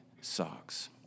socks